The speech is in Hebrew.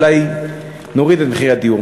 אולי נוריד את מחירי הדיור.